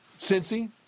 Cincy